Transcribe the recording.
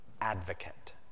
advocate